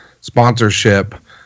sponsorship